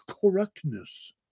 correctness